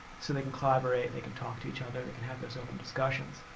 so they can collaborate, they can talk to each other, they can have those open discussions.